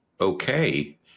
Okay